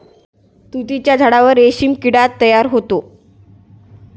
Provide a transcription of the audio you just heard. तुतीच्या झाडावर रेशीम किडा तयार होतो